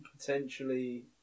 Potentially